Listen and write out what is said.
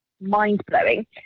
mind-blowing